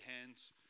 hands